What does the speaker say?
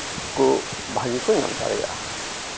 ᱠᱚ ᱵᱷᱟᱜᱮ ᱠᱚ ᱧᱟᱢ ᱫᱟᱲᱮᱭᱟᱜᱼᱟ